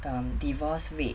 um divorce rate